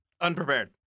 Unprepared